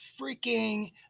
freaking